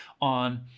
on